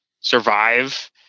survive